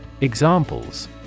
Examples